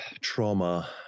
trauma